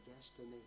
destiny